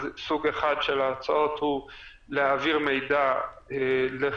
אז סוג אחד של ההצעות הוא להעביר מידע לחברות